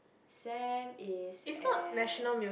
Sam is at